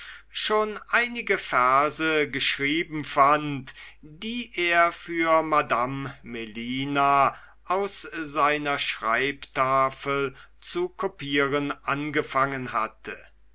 schon einige verse geschrieben fand die er für madame melina aus seiner schreibtafel zu kopieren angefangen hatte